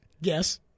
Yes